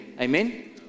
Amen